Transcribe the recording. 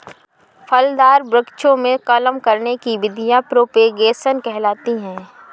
फलदार वृक्षों में कलम करने की विधियां प्रोपेगेशन कहलाती हैं